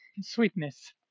sweetness